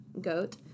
GOAT